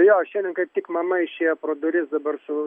jo šiandien kaip tik mama išėjo pro duris dabar su